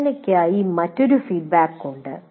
പരിഗണനയ്ക്കായി മറ്റൊരു ഫീഡ്ബാക്ക് ഉണ്ട്